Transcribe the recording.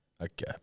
Okay